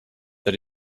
that